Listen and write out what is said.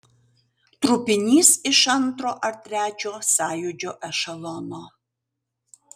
trupinys iš antro ar trečio sąjūdžio ešelono